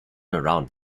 around